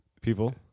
People